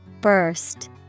Burst